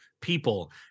people